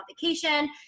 vacation